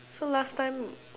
so last time